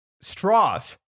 straws